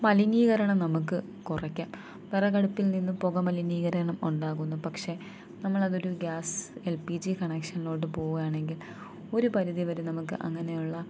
മലിനീകരണം നമുക്ക് കുറക്കാം വിറകടുപ്പിൽ നിന്നു പുക മലിനീകരണം ഉണ്ടാകുന്നു പക്ഷേ നമ്മളതൊരു ഗ്യാസ് എൽ പി ജി കണക്ഷനിലോട്ടു പോകാണെങ്കിൽ ഒരു പരിധി വരെ നമുക്ക് അങ്ങനെയുള്ള